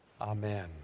Amen